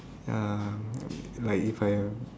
ya like if I